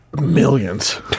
Millions